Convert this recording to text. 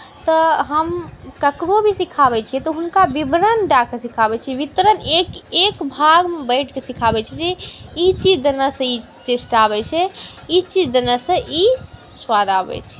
तऽ हम ककरहु भी सिखाबैत छियै तऽ हुनका विवरण दए कऽ सिखाबैत छियै वितरण एक एक भागमे बाँटिके सिखाबैत छियै जे ई चीज देनेसे ई टेस्ट आबैत छै ई चीज देनेसे ई स्वाद आबैत छै